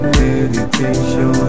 meditation